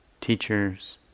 teachers